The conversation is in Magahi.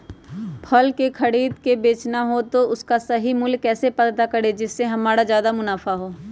फल का खरीद का बेचना हो तो उसका सही मूल्य कैसे पता करें जिससे हमारा ज्याद मुनाफा हो?